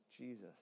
Jesus